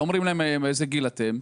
לא אומרים להם איזה גיל אתם,